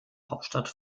hauptstadt